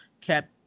kept